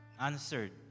answered